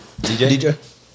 DJ